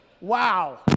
Wow